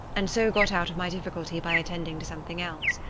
and so got out of my difficulty by attending to something else.